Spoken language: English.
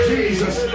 Jesus